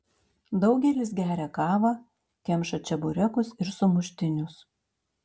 daugelis geria kavą kemša čeburekus ir sumuštinius